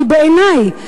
כי בעיני,